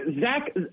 Zach